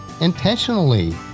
intentionally